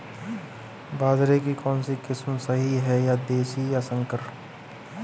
बाजरे की कौनसी किस्म सही हैं देशी या संकर?